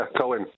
Colin